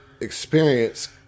experience